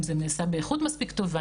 אם זה נעשה באיכות מספיק טובה,